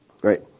great